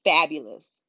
Fabulous